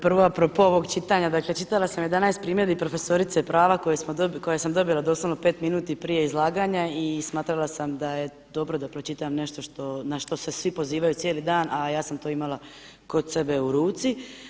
Prvo pro ovog čitanja, dakle čitala sam 11 primjedbi prof. prava koje sam dobila doslovno 5 minuta prije izlaganja i smatrala sam da je dobro da pročitam nešto na što se svi pozivaju cijeli dan a ja sam to imala kod sebe u ruci.